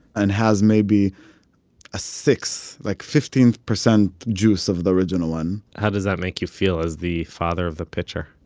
and has maybe a sixth, like fifteen percent juice of the original one how does that make you feel, as the father of the pitcher?